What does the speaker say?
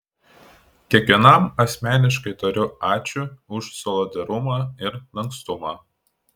kiekvienam asmeniškai tariu ačiū už solidarumą ir lankstumą